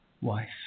Wife